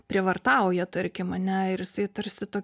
prievartauja tarkim ane ir jisai tarsi